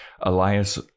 Elias